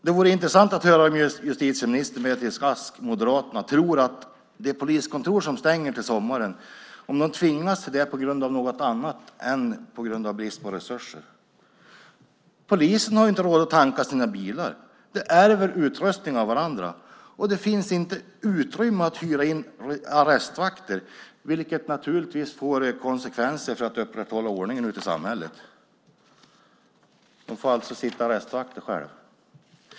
Det vore intressant att höra om justitieminister Beatrice Ask, Moderaterna, tror att poliskontor tvingas stänga till sommaren på grund av något annat än brist på resurser. Polisen har inte råd att tanka sina bilar. Man ärver utrustning av varandra. Det finns inte utrymme att hyra in arrestvakter, vilket naturligtvis får konsekvenser när det gäller att upprätthålla ordningen ute i samhället. Poliser får alltså sitta arrestvakt själva.